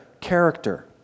character